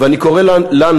ואני קורא לנו,